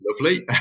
lovely